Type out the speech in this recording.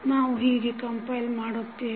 ನಾವು ಹೀಗೆ ಕಂಪೈಲ್ ಮಾಡುತ್ತೇವೆ